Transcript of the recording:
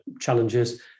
challenges